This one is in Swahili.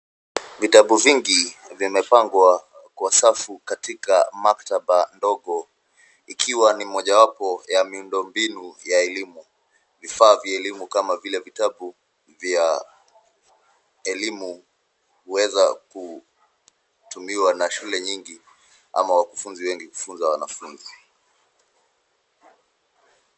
Vitabu vingi, vimepangwa, kwa safu katika maktaba ndogo, ikiwa ni mojawapo ya miundo mbinu ya elimu. Vfaa vya elimu kama vile vitabu, vya, elimu, huweza, ku, tumiwa na shule nyingi, ama wakufunzi wengi kufunza wanafunzi.